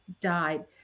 died